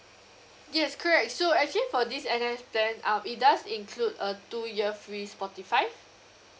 yes correct so actually for this N_S plan uh it does include a two year free spotify